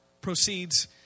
proceeds